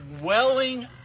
welling